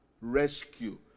rescue